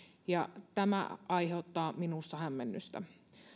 ja tämä aiheuttaa minussa hämmennystä